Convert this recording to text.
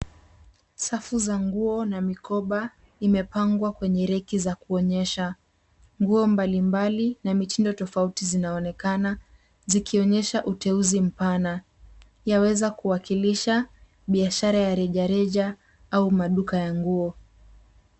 Safu za nguo na mikoba imepangwa kwa kwenye reki za kuonyesha. Nguo mbalimbali na mitindo tofauti zinaonekana zikionyesha uteuzi mpana. Yaweza kuwakilisha biashara ya rejareja au maduka ya nguo.